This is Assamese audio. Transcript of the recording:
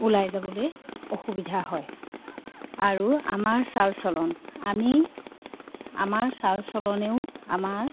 ওলাই যাবলৈ অসুবিধা হয় আৰু আমাৰ চাল চলন আমি আমাৰ চাল চলনেও আমাৰ